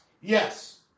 Yes